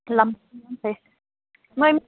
ꯂꯝꯕꯤꯗꯤ ꯌꯥꯝ ꯐꯩꯌꯦ ꯅꯣꯏ